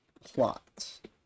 plot